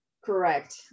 Correct